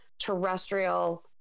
terrestrial